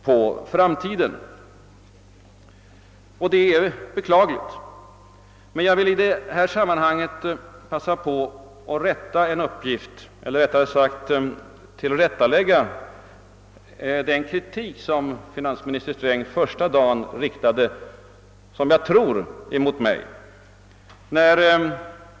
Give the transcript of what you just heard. Det är verkligen beklagligt och allvarligt med hänsyn till dagens läge. Jag vill i detta sammanhang passa på att rätta en uppgift, eller rättare sagt tillrättalägga den kritik som finansminister Sträng första dagen riktade, som jag tror, mot mig.